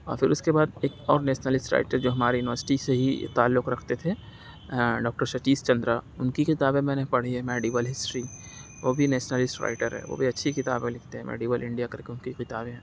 اور پھر اُس کے بعد ایک اور نیشنلشٹ رائٹر جو ہمارے یونیورسٹی سے ہی تعلق رکھتے تھے ڈاکٹر ستیش چندرا اُن کی کتابیں میں نے پڑھی ہے میڈیول ہسٹری وہ بھی نیشنلشٹ رائٹر ہے وہ بھی اچھی کتابیں لکھتے ہیں میڈیول انڈیا کرکے اُن کی ایک کتابیں ہیں